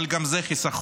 אבל גם זה חיסכון,